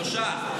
שלושה.